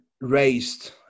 raised